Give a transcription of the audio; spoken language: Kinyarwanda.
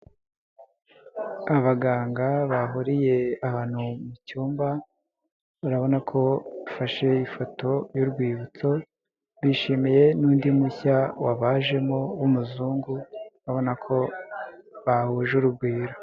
Abaganga bahuriye ahantu mu cyumba urabona ko bafashe ifoto y'urwibutso, bishimiye n'undi mushya wajemo w'umuzungu abona ko bahuje urugwiro.